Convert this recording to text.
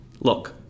Look